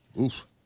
Oof